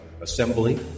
Assembly